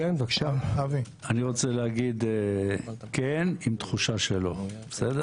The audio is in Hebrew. אני רוצה להגיד כן עם תחושה של לא, בסדר?